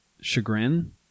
chagrin